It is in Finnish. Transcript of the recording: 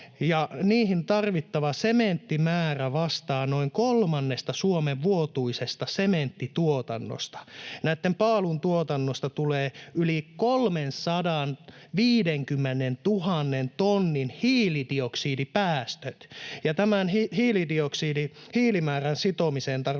niihin tarvittava sementtimäärä vastaa noin kolmannesta Suomen vuotuisesta sementtituotannosta. Näitten paalujen tuotannosta tulee yli 350 000 tonnin hiilidioksidipäästöt, ja tämän hiilimäärän sitomiseen tarvitaan